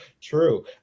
true